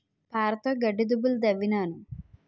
పారతోగడ్డి దుబ్బులు దవ్వినాను